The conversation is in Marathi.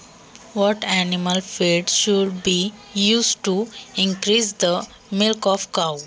गाईच्या दूध वाढीसाठी कोणते पशुखाद्य वापरावे?